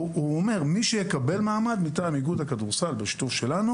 הוא אומר שמי שיקבל מעמד בשיתוף שלנו